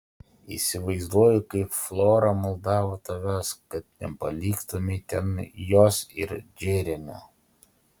įsivaizduoju kaip flora maldavo tavęs kad nepaliktumei ten jos ir džeremio